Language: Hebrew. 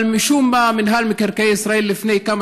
אבל משום מה מינהל מקרקעי ישראל לפני כמה